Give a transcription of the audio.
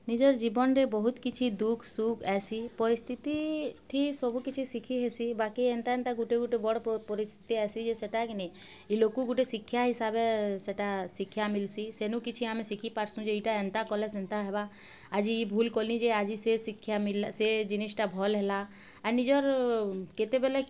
ନିଜର୍ ଜୀବନ୍ରେ ବହୁତ୍ କିଛି ଦୁଖ୍ ସୁଖ୍ ଆଏସି ପରିସ୍ଥିତିଥି ସବୁ କିଛି ଶିଖିହେସି ବାକି ଏନ୍ତା ଏନ୍ତା ଗୁଟେ ଗୁଟେ ବଡ଼୍ ପରିସ୍ଥିତି ଆସ୍ସି ଯେ ସେଟାକି ନେଇ ଇ ଲୋକ୍କୁ ଗୋଟେ ଶିକ୍ଷା ହିସାବେ ସେଟା ଶିକ୍ଷା ମିଲ୍ସି ସେନୁ କିଛି ଆମେ ଶିଖିପାର୍ସୁଁ ଯେ ଇଟା ଏନ୍ତା କଲେ ସେନ୍ତା ହେବା ଆଜି ଇ ଭୁଲ୍ କଲି ଯେ ଆଜି ସେ ଶିକ୍ଷା ସେ ଜିନିଷ୍ଟା ଭଲ୍ ହେଲା ଆର୍ ନିଜର୍ କେତେବେଲେ